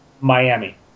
Miami